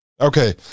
Okay